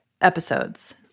episodes